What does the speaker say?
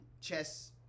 Chess